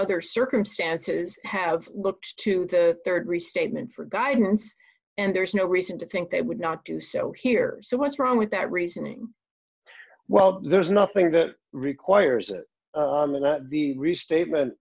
other circumstances have looked to rd restatement for guidance and there's no reason to think they would not do so here so what's wrong with that reasoning well there's nothing that requires that the restatement